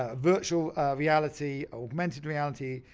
ah virtual reality, augmented reality,